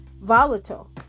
Volatile